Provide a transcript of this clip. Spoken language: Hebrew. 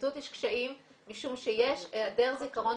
לפרקליטות יש קשיים משום שיש היעדר זיכרון